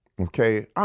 Okay